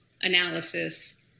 analysis